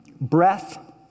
Breath